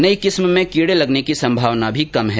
नई किस्म में कीडे लगने की संभावना भी कम है